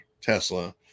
tesla